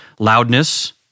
loudness